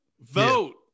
Vote